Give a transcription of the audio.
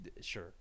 Sure